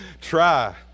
Try